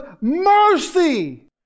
mercy